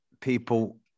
people